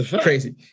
crazy